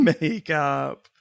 makeup